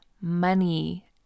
money